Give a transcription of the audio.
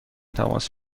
تماس